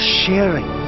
sharing